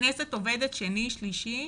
הכנסת עובדת בימי שני, שלישי